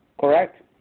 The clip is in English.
Correct